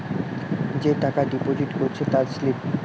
যে টাকা ডিপোজিট করেছে তার স্লিপ